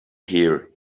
here